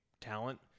talent